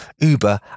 Uber